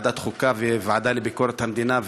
ועדת החוקה והוועדה לביקורת המדינה,